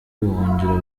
ubuhungiro